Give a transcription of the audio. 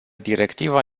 directiva